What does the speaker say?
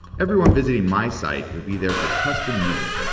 everyone visiting my site will be there for custom music,